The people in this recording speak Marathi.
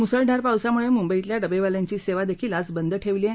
मुसळधार पावसामुळे मुंबईतल्या डबेवाल्यांची सेवा देखील आज बंद ठेवली आहे